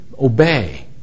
obey